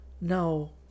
No